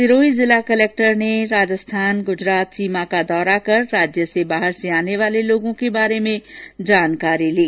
सिरोही जिला कलेक्टर ने राजस्थान गुजरात सीमा का दौरा कर राज्य से बाहर से आने वाले लोगों के बारे में जानकारी ली